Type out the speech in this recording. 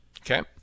Okay